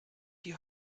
die